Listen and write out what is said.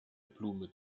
blume